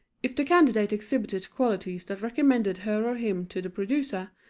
if the candidate exhibited qualities that recommended her or him to the producer,